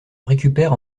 récupère